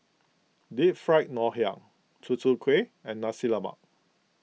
Deep Fried Ngoh Hiang Tutu Kueh and Nasi Lemak